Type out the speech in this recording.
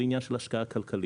זה עניין של השקעה כלכלית,